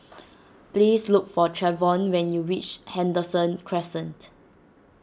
please look for Trevon when you reach Henderson Crescent